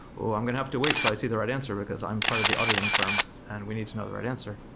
oh, i'm going to have to wait till i see the right answer because i'm part of the auditing firm and we need to know the right answer,